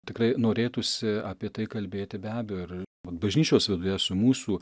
tikrai norėtųsi apie tai kalbėti be abejo ir vat bažnyčios viduje su mūsų